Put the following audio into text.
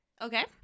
Okay